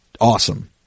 awesome